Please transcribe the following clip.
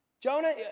jonah